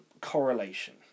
correlation